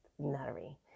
nuttery